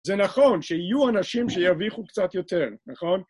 זה נכון שיהיו אנשים שיביכו קצת יותר, נכון?